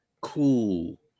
Cool